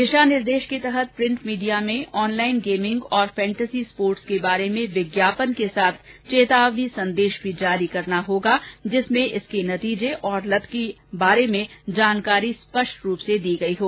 दिशा निर्देश के तहत प्रिंट मीडिया में ऑनलाइन गेमिंग और फैंटसी स्पोर्टस के बारे में विज्ञापन के साथ चेतावनी संदेश भी जारी करना होगा जिसमें इसके नतीजे और लत के बारे में जानकारी स्पष्ट रूप से जारी की गई हो